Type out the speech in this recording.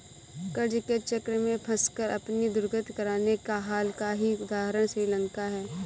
कर्ज के चक्र में फंसकर अपनी दुर्गति कराने का हाल का ही उदाहरण श्रीलंका है